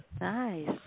Nice